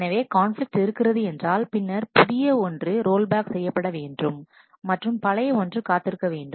எனவே கான்பிலிக்ட் இருக்கிறது என்றால் பின்னர் புதிய ஒன்று ரோல்பேக் செய்யப்படவேண்டும் மற்றும் பழைய ஒன்று காத்திருக்க வேண்டும்